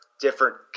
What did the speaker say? different